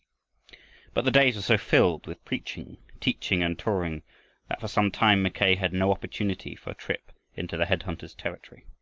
but the days were so filled with preaching, teaching, and touring, that for some time mackay had no opportunity for a trip into the head-hunters' territory.